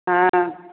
हँ